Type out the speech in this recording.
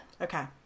okay